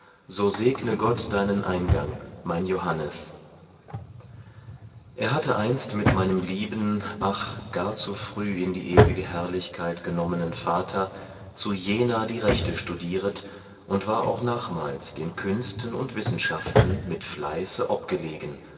so segne gott deinen eingang mein johannes er hatte einst mit meinem lieben ach gar zu früh in die ewige herrlichkeit genommenen vater zu jena die rechte studiret und war auch nachmals den künsten und wissenschaften mit fleiße obgelegen